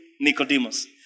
Nicodemus